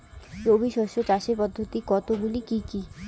রবি শস্য চাষের পদ্ধতি কতগুলি কি কি?